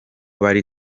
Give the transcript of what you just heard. bari